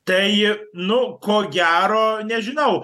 tai ji nu ko gero nežinau